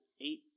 eight